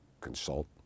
consult